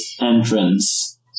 entrance